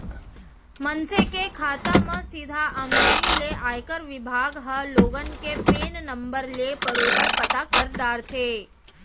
मनसे के खाता म सीधा आमदनी ले आयकर बिभाग ह लोगन के पेन नंबर ले बरोबर पता कर डारथे